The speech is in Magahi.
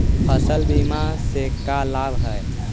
फसल बीमा से का लाभ है?